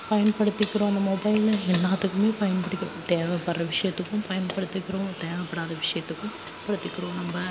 பயன்படுத்திக்கிறோம் அந்த மொபைல்ல எல்லாத்துக்குமே பயன்படுது தேவைப்படுற விஷியத்துக்கும் பயன்படுத்திக்கிறோம் தேவைப்படாத விஷியத்துக்கும் பயன்படுத்திக்கிறோம் நம்ம